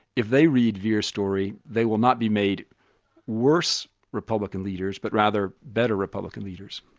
if they read vere's story, they will not be made worse republican leaders but rather better republican leaders.